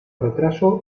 retraso